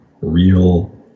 real